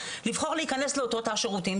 לבחור להיכנס לאותו תא שירותים.